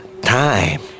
time